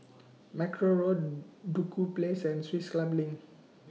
Mackerrow Road Duku Place and Swiss Club LINK